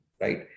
right